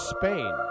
Spain